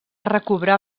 recobrar